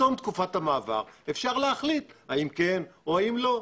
בתום תקופת המעבר אפשר להחליט האם כן או האם לא.